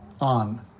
on